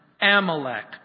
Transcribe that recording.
Amalek